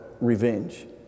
revenge